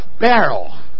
barrel